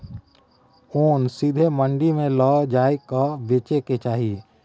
ओन सीधे मंडी मे लए जाए कय बेचे के चाही